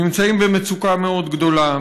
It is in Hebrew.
נמצאים במצוקה מאוד גדולה,